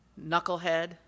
knucklehead